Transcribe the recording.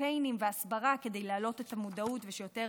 בקמפיינים ובהסברה כדי להעלות את המודעות, ושיותר